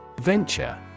Venture